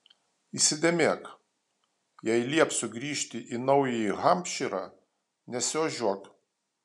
įsidėmėk jei liepsiu grįžti į naująjį hampšyrą nesiožiuok